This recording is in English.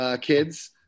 kids